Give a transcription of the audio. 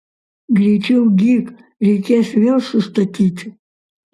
greičiau gyk reikės vėl sustatyti